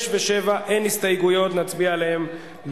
אני הכרזתי, 33 בעד, 1 נגד, אין נמנעים.